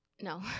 no